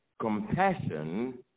compassion